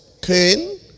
Cain